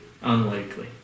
Unlikely